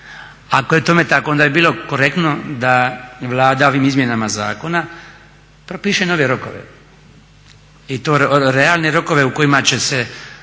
Ako je tome tako onda bi bilo korektno da Vlada ovim izmjenama zakona propiše nove rokove i to realne rokove u kojima će se